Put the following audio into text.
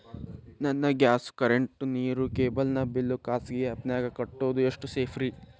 ನನ್ನ gas current, ನೇರು, cable ನ ಬಿಲ್ ಖಾಸಗಿ ಆ್ಯಪ್ ನ್ಯಾಗ್ ಕಟ್ಟೋದು ಎಷ್ಟು ಸೇಫ್ರಿ?